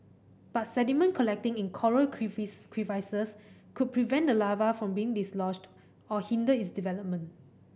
but sediment collecting in coral crevices could prevent the larva from being dislodged or hinder its development